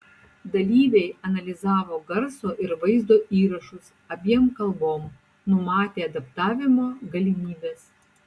dalyviai analizavo garso ir vaizdo įrašus abiem kalbom numatė adaptavimo galimybes